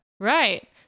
Right